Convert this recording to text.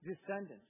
descendants